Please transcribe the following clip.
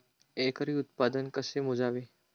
एकरी उत्पादन कसे मोजावे?